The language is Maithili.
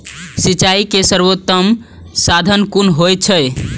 सिंचाई के सर्वोत्तम साधन कुन होएत अछि?